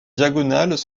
diagonales